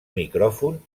micròfon